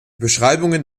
beschreibungen